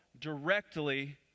directly